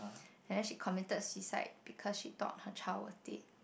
and then she committed suicide because she thought her child was dead